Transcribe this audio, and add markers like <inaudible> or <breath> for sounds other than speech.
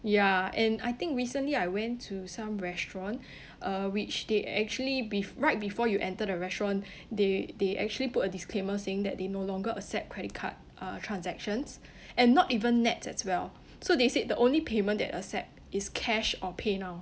ya and I think recently I went to some restaurant <breath> uh which they actually be~ right before you enter the restaurant <breath> they they actually put a disclaimer saying that they no longer accept credit card uh transactions <breath> and not even NETS as well so they said the only payment they accept is cash or paynow